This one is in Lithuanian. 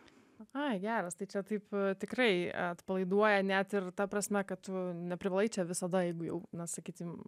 ai geras tai čia taip tikrai atpalaiduoja net ir ta prasme kad tu neprivalai čia visada jeigu jau na sakyti